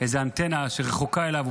איזו אנטנה שרחוקה אליו,